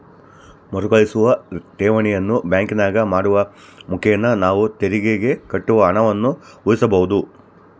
ಮರುಕಳಿಸುವ ಠೇವಣಿಯನ್ನು ಬ್ಯಾಂಕಿನಾಗ ಮಾಡುವ ಮುಖೇನ ನಾವು ತೆರಿಗೆಗೆ ಕಟ್ಟುವ ಹಣವನ್ನು ಉಳಿಸಬಹುದು